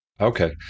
Okay